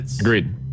Agreed